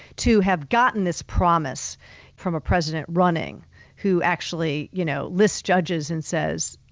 to have gotten this promise from a president running who actually you know lists judges and says,